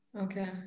Okay